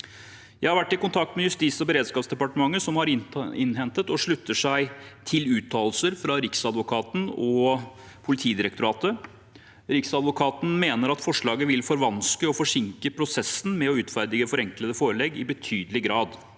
Jeg har vært i kontakt med Justis- og beredskapsdepartementet, som har innhentet og slutter seg til uttalelser fra Riksadvokaten og Politidirektoratet. Riksadvokaten mener forslaget i betydelig grad vil forvanske og forsinke prosessen med å utferdige forenklede forelegg. Også